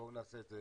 ובואו נעשה את זה